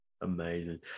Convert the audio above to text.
Amazing